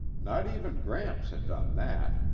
not even gramps had done that,